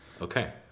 Okay